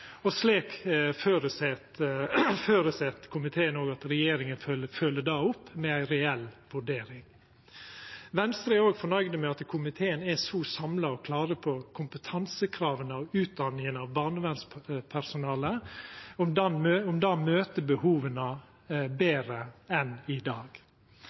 Komiteen føreset at regjeringa følgjer dette opp med ei reell fordeling. Venstre er òg fornøgd med at komiteen er så samla og klar når det gjeld kompetansekrava og utdanninga av barnevernspersonalet, og om det møter behova betre enn i dag,